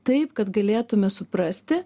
taip kad galėtume suprasti